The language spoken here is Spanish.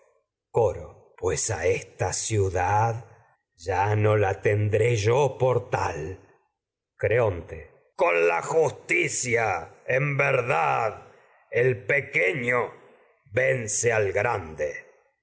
goro pues creonte a esta ciudad ya no la tendré yo por tal con la justicia en verdad el pequeño vence al grande